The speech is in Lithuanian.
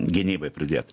gynybai pridėt